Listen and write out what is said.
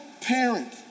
parent